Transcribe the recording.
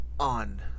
On